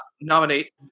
nominate